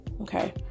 okay